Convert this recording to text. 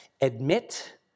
admit